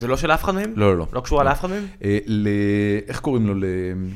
זה לא של אף אחד מהם? לא לא לא. לא קשור אל אף אחד מהם? אה... ל... איך קוראים לו? ל...